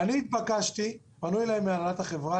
אני התבקשתי פנו אלי מהנהלת החברה